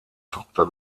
tochter